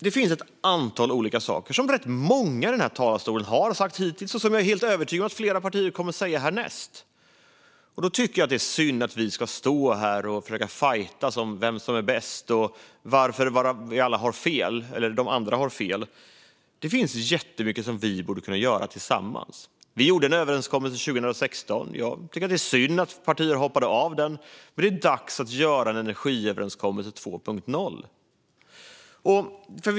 Det finns ett antal olika saker som rätt många i den här talarstolen har sagt hittills och som jag är helt övertygad om att flera partier kommer att säga härnäst. Då tycker jag att det är synd att vi ska stå här och fajtas om vem som är bäst och varför de andra har fel. Det finns jättemycket som vi borde kunna göra tillsammans. Vi gjorde en överenskommelse 2016. Jag tycker att det är synd att partier hoppade av den. Nu är det dags att göra en energiöverenskommelse 2.0.